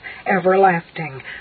Everlasting